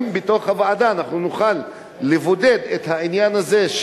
אם בתוך הוועדה אנחנו נוכל לבודד את העניין הזה,